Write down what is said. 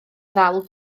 ddal